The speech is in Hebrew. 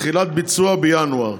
תחילת ביצוע בינואר.